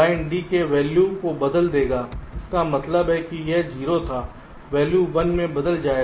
line D के value को बदल देगा इसका मतलब है यह 0 था वैल्यू 1 में बदल जाएगा